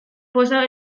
poza